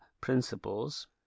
principles